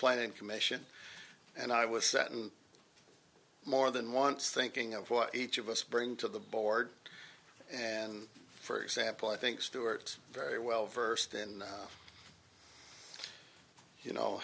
planning commission and i was certain more than once thinking of what each of us bring to the board and for example i think stuart very well versed in you know